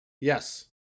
Yes